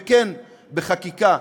וכן, בחקיקה.